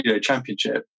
championship